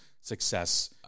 success